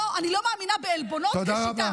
לא, אני לא מאמינה בעלבונות כשיטה.